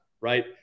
right